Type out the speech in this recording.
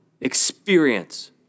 Experience